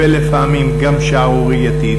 ולפעמים גם שערורייתית,